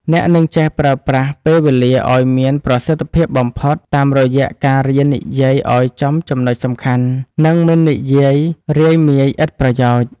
អ្នកនឹងចេះប្រើប្រាស់ពេលវេលាឱ្យមានប្រសិទ្ធភាពបំផុត តាមរយៈការរៀននិយាយឱ្យចំចំណុចសំខាន់ និងមិននិយាយរាយមាយឥតប្រយោជន៍។